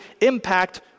impact